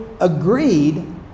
agreed